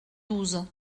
douze